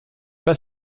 pas